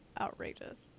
outrageous